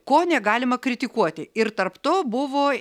ko negalima kritikuoti ir tarp to buvo